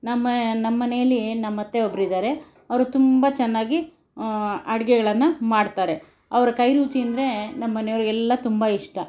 ನಮ್ಮ ನಮ್ಮನೆಯಲ್ಲಿ ನಮ್ಮತ್ತೆ ಒಬ್ಬರಿದ್ದಾರೆ ಅವರು ತುಂಬ ಚೆನ್ನಾಗಿ ಅಡುಗೆಗಳನ್ನ ಮಾಡ್ತಾರೆ ಅವ್ರ ಕೈ ರುಚಿ ಅಂದರೆ ನಮ್ಮನೆಯವರಿಗೆಲ್ಲ ತುಂಬ ಇಷ್ಟ